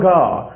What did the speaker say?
God